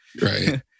Right